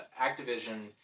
Activision